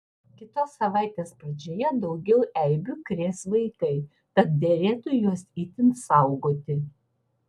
kitos savaitės pradžioje daugiau eibių krės vaikai tad derėtų juos itin saugoti